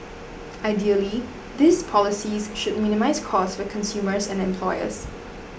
ideally these policies should minimise cost for consumers and employers